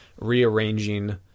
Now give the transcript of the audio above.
rearranging